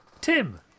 Tim